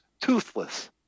toothless